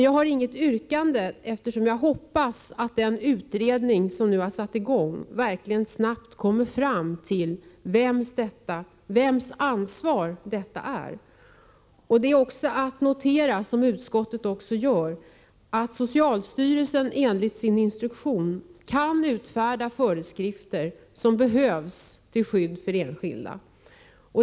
Jag har inget yrkande; jag hoppas att den utredning som nu har börjat sitt arbete verkligen snabbt kommer fram till vems ansvar detta är. Det är att notera, som utskottet också gör, att socialstyrelsen enligt sin instruktion kan utfärda föreskrifter som behövs till skydd för enskilda.